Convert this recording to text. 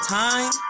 time